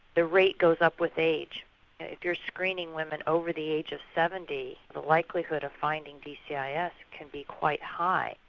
the rate goes up with age. if you're screening women over the age of seventy the likelihood of finding dcis yeah yeah can be quite high.